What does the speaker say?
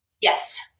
Yes